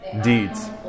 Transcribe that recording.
deeds